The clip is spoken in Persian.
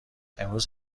امروز